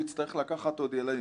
הוא יצטרך לקחת עוד ילדים.